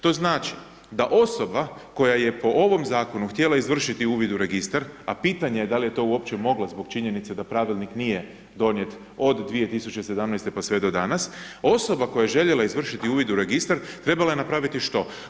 To znači da osoba koja je po ovom zakonu htjela izvršiti uvid u registar, a pitanje je da li je to uopće mogla zbog činjenice da pravilnik nije donijet od 2017. pa sve do danas, osoba koja je željela izvršiti uvid u registar, trebala je napraviti što?